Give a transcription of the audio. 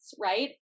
right